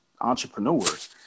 entrepreneurs